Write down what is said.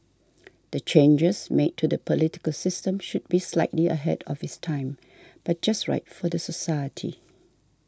the changes made to the political system should be slightly ahead of its time but just right for the society